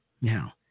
Now